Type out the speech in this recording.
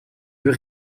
yeux